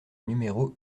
numéro